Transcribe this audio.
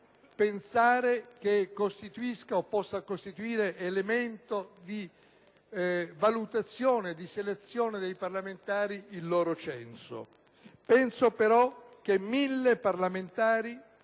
pensare che costituisca o possa costituire elemento di valutazione e selezione dei parlamentari il loro censo. Penso però che 1.000 parlamentari,